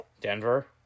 Denver